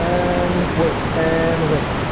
and wait. and wait.